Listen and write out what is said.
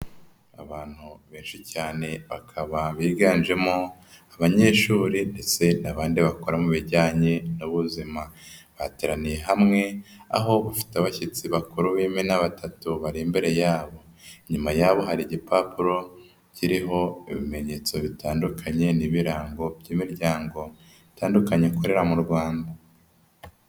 Abantu benshi cyane bakaba biganjemo abanyeshuri ndetse n'abandi bakora mu bijyanye n'ubuzima, bateraniye hamwe aho bafite abashyitsi bakuru b’imena batatu bari imbere yabo. Inyuma yabo hari igipapuro kiriho ibimenyetso bitandukanye n'ibirango by'imiryango itandukanye ikorera mu Rwanda.